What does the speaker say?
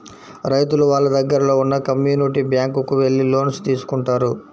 రైతులు వాళ్ళ దగ్గరలో ఉన్న కమ్యూనిటీ బ్యాంక్ కు వెళ్లి లోన్స్ తీసుకుంటారు